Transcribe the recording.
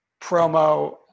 promo